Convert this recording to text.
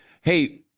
hey